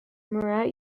murat